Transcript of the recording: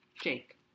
Jake